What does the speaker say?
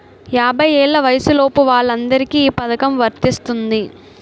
యాభై ఏళ్ల వయసులోపు వాళ్ళందరికీ ఈ పథకం వర్తిస్తుంది